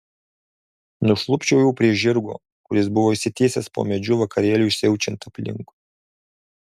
nušlubčiojau prie žirgo kuris buvo išsitiesęs po medžiu vakarėliui siaučiant aplinkui